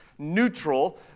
neutral